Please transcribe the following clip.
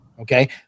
Okay